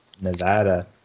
Nevada